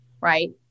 right